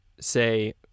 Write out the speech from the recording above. say